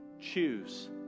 choose